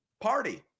party